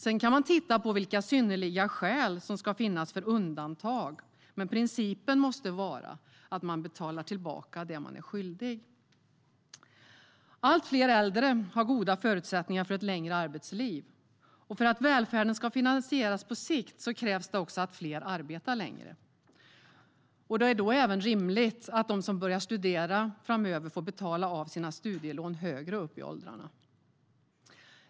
Sedan kan man titta på vilka de synnerliga skälen för undantag ska vara, men principen måste vara att man betalar tillbaka det man är skyldig. Allt fler äldre har goda förutsättningar för ett längre arbetsliv. För att välfärden ska finansieras på sikt krävs det också att fler arbetar längre. Det är då även rimligt att de som börjar studera framöver får betala av sina studielån högre upp i åldrarna.